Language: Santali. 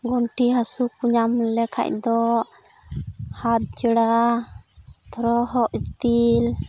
ᱜᱩᱱᱴᱷᱤ ᱦᱟᱹᱥᱩ ᱠᱚ ᱧᱟᱢ ᱞᱮᱠᱷᱟᱡ ᱫᱚ ᱦᱟᱲ ᱡᱚᱲᱟ ᱛᱚᱨᱦᱚᱫ ᱤᱛᱤᱞ